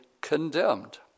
condemned